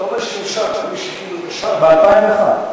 אתה אומר שנרשם, מי שכאילו נרשם, ב-2001.